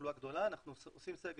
אנחנו עושים סגר.